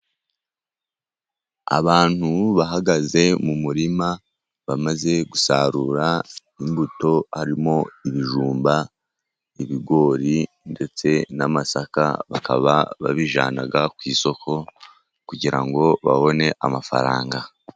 Abantu bahagaze mu murima bamaze gusarura imbuto harimo ibijumba, ibigori ndetse n'amasaka. Bakaba babijyana ku isoko kugira ngo babone amafaranga.